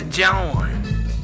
John